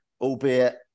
albeit